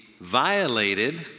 violated